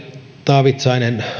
taavitsainen